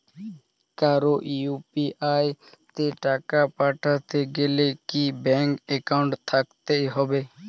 কারো ইউ.পি.আই তে টাকা পাঠাতে গেলে কি ব্যাংক একাউন্ট থাকতেই হবে?